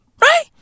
right